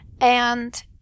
and-